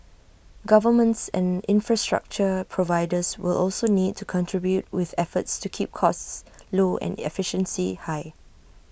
governments and infrastructure providers will also need to contribute with efforts to keep costs low and efficiency high